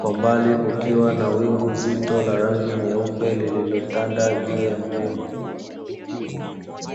Kwa mbali kukiwa na wingu zito la rangi nyeupe lililotanda juu ya mlima.